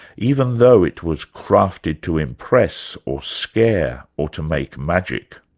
even though it was crafted to impress, or scare, or to make magic.